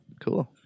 Cool